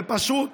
ופשוט